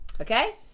Okay